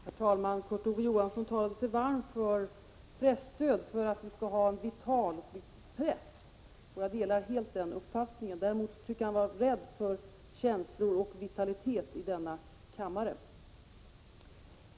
Herr talman! Kurt Ove Johansson talade sig varm för presstöd, för att vi skall ha en vital press. Jag delar helt den uppfattningen. Däremot tycker jag att han var rädd för känslor och vitalitet i denna kammare.